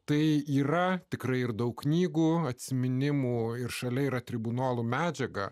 tai yra tikrai ir daug knygų atsiminimų ir šalia yra tribunolų medžiaga